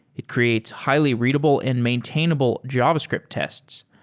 it creates highly readable and maintainable javascript tests.